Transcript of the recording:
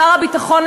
שר הביטחון,